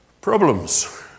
problems